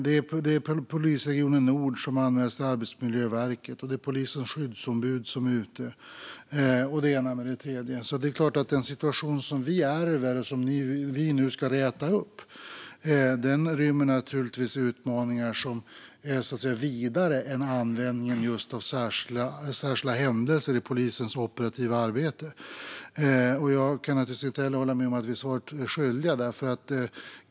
Man skriver att polisregion Nord har anmälts till Arbetsmiljöverket, polisens skyddsombud uttalar sig och det ena med det andra. Den situation som vi har fått ärva och som vi ska räta upp rymmer naturligtvis utmaningar som är vidare än bara användningen av särskilda händelser i polisens operativa arbete. Jag kan inte heller hålla med om att vi är svaret skyldiga.